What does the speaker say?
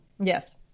Yes